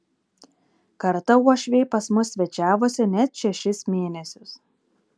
kartą uošviai pas mus svečiavosi net šešis mėnesius